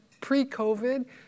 pre-COVID